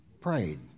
prayed